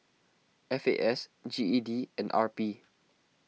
F A S G E D and R P